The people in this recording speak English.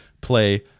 play